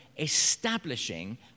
establishing